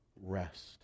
rest